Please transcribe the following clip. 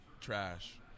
trash